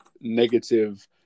negative